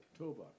October